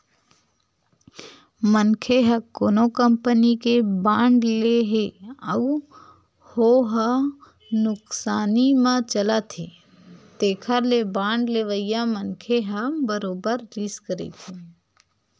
मनखे ह कोनो कंपनी के बांड ले हे अउ हो ह नुकसानी म चलत हे तेखर ले बांड लेवइया मनखे ह बरोबर रिस्क रहिथे